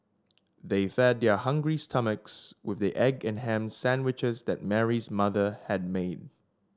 they fed their hungry stomachs with the egg and ham sandwiches that Mary's mother had made